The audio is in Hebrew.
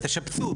אז תשפצו.